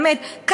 באמת,